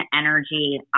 energy